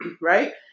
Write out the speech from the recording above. right